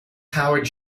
powered